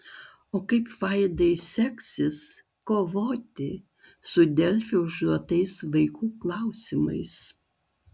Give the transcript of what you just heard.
o kaip vaidai seksis kovoti su delfi užduotais vaikų klausimais